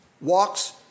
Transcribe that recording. walks